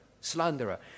Slanderer